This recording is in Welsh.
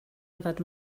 yfed